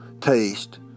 taste